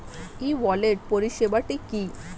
ই wallet পরিষেবাটি কি?